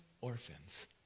orphans